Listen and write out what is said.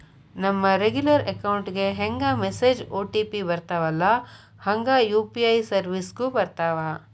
ನಮ regular account ಗೆ ಹೆಂಗ ಮೆಸೇಜ್ ಒ.ಟಿ.ಪಿ ಬರ್ತ್ತವಲ್ಲ ಹಂಗ ಯು.ಪಿ.ಐ ಸೆರ್ವಿಸ್ಗು ಬರ್ತಾವ